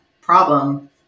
problem